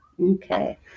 Okay